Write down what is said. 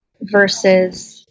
versus